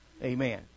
Amen